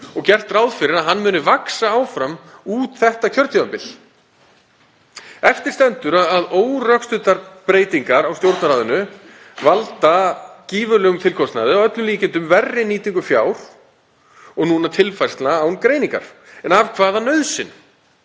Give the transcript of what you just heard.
og gert ráð fyrir að hann muni vaxa áfram út þetta kjörtímabil. Eftir stendur að órökstuddar breytingar á Stjórnarráðinu valda gífurlegum tilkostnaði, að öllum líkindum verri nýtingu fjár og núna tilfærslu án greiningar. En af hvaða nauðsyn?